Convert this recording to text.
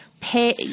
Pay